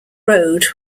road